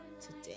today